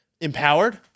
Empowered